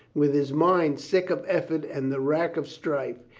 with his mind sick of effort and the rack of strife,